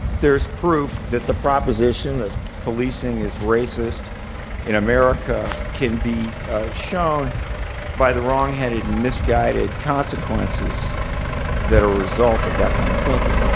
there's proof that the proposition of policing is racist in america can be shown by the wrong-headed, misguided consequences that are a result of that kind of thinking.